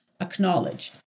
acknowledged